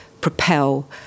propel